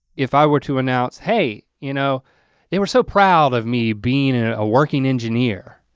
if i were to announce, hey, you know they were so proud of me being a working engineer.